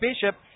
Bishop